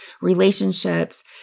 relationships